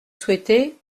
souhaitez